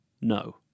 no